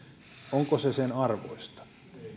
onko se sen arvoista